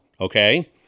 okay